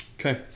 Okay